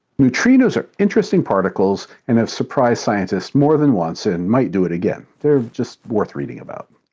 neutrinos are interesting particles and have surprised scientists more than once and might do it again. they're just worth reading about.